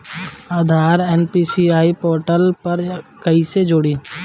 आधार NPCI portal पर कईसे जोड़ी?